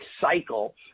cycle